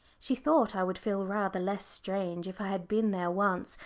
she thought i would feel rather less strange if i had been there once,